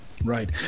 Right